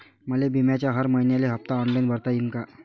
मले बिम्याचा हर मइन्याचा हप्ता ऑनलाईन भरता यीन का?